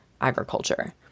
agriculture